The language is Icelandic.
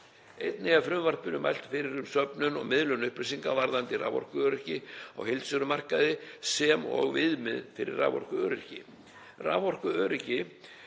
Einnig er í frumvarpinu mælt fyrir um söfnun og miðlun upplýsinga varðandi raforkuöryggi á heildsölumarkaði sem og viðmið fyrir raforkuöryggi.